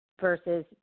versus